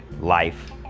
life